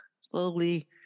Slowly